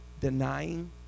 Denying